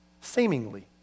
Seemingly